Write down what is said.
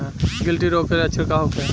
गिल्टी रोग के लक्षण का होखे?